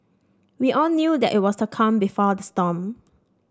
we all knew that it was the calm before the storm